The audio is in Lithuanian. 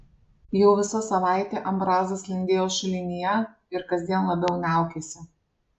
jau visa savaitė ambrazas lindėjo šulinyje ir kasdien labiau niaukėsi